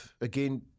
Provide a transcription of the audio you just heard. again